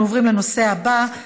נעבור להצעות לסדר-היום מס' 9154,